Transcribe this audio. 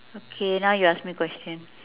okay now you ask me question